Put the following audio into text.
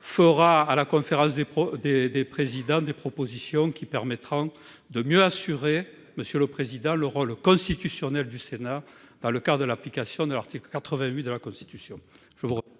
fera, lors de la conférence des présidents, des propositions qui permettront de mieux assurer, monsieur le président, le rôle constitutionnel du Sénat, dans le cadre de l'application de l'article 88-4 de la Constitution